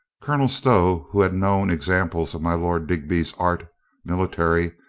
colonel stow, who had known ex amples of my lord digby's art military,